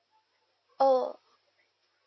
oh